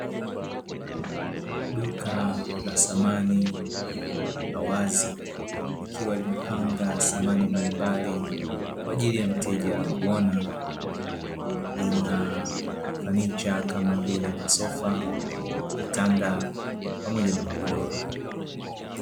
Duka la samani la wazi likiwa limepanga samani mbalimbali kwa ajili ya mteja kuona, lina fanicha kama vile: masofa, vitanda pamoja na magodoro.